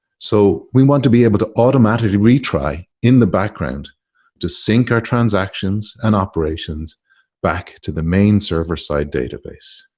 so we want to be able to automatically retry in the background to sync our transactions and operations back to the main server-side database.